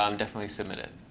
um definitely submit it.